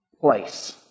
place